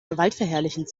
gewaltverherrlichend